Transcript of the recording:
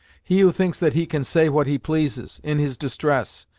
he who thinks that he can say what he pleases, in his distress,